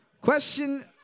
Question